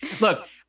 Look